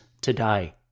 today